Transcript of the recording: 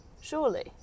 Surely